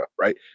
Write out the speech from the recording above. Right